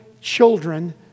children